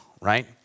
right